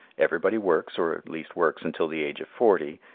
everybody works or at least works until the age of forty,